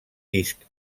disc